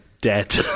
dead